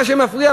מה שמפריע,